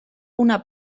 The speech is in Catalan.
una